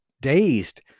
dazed